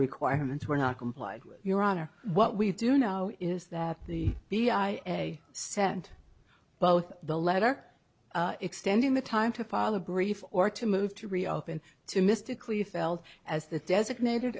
requirement were not complied with your honor what we do know is that the b i sent both the letter extending the time to file a brief or to move to reopen to mystically felt as the designated